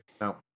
no